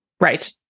Right